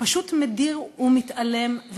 פשוט מדיר ומתעלם,